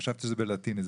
חשבתי זה בלטינית,